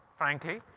frankly,